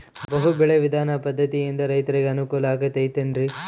ಬಹು ಬೆಳೆ ವಿಧಾನ ಪದ್ಧತಿಯಿಂದ ರೈತರಿಗೆ ಅನುಕೂಲ ಆಗತೈತೇನ್ರಿ?